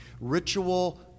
ritual